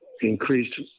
increased